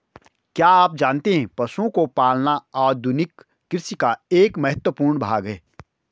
क्या आप जानते है पशुओं को पालना आधुनिक कृषि का एक महत्वपूर्ण भाग है?